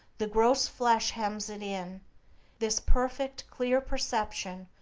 the gross flesh hems it in this perfect, clear perception,